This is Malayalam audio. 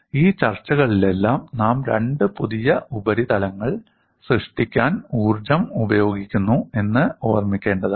ഈ ചർച്ചകളിലെല്ലാം നാം രണ്ട് പുതിയ ഉപരിതലങ്ങൾ സൃഷ്ടിക്കാൻ ഊർജ്ജം ഉപയോഗിക്കുന്നു എന്ന് ഓർമ്മിക്കേണ്ടതാണ്